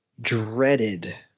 dreaded